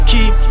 Keep